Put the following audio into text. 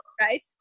Right